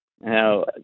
Now